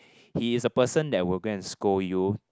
he is a person that will go and scold you